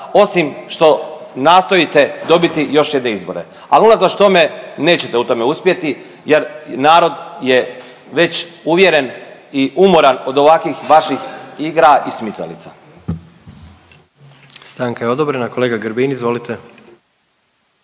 osim što nastojite dobiti još jedne izbore, ali unatoč tome nećete u tome uspjeti jer narod je već uvjeren i umoran od ovakvih vaših igra i smicalica.